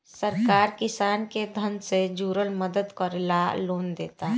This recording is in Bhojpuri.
सरकार किसान के धन से जुरल मदद करे ला लोन देता